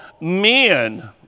men